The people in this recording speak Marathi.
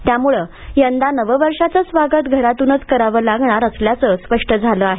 त्यामुळं यंदा नववर्षाचं स्वागत घरातूनच करावं लागणार असल्याचं स्पष्ट झालं आहे